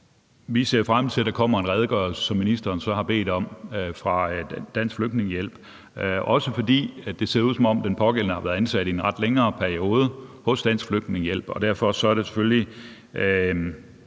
Vi ser frem til, at der kommer en redegørelse, som ministeren så har bedt om, fra Dansk Flygtningehjælp, og det er også, fordi det ser ud, som om den pågældende har været ansat i en længere periode hos Dansk Flygtningehjælp. Derfor er det selvfølgelig